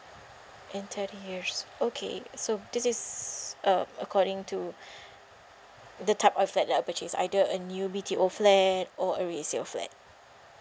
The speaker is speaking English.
in thirty years okay so this is um according to the type of flat that I'll purchase either a new B_T_O flat or a resale flat